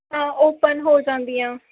ਹਾਂ ਓਪਨ ਹੋ ਜਾਂਦੀਆਂ